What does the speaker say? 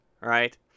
right